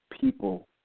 people